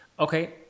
Okay